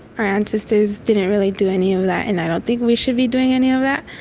our ancestors didn't really do any of that and i don't think we should be doing any of that.